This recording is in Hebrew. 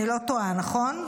אני לא טועה, נכון?